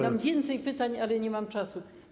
Mam więcej pytań, ale nie mam czasu.